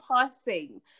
passing